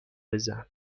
بزن